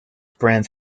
brands